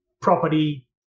property